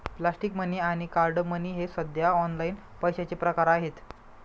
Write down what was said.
plastic money आणि card money हे सध्या ऑनलाइन पैशाचे प्रकार आहेत